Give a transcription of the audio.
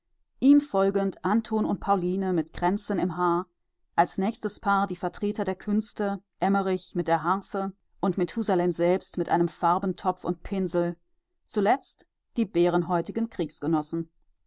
ihm folgend anton und pauline mit kränzen im haar als nächstes paar die vertreter der künste emmerich mit der harfe und methusalem selbst mit einem farbentopf und pinsel zuletzt die bärenhäutigen